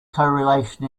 correlation